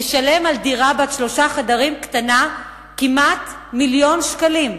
ישלם על דירה קטנה בת שלושה חדרים כמעט מיליון שקלים,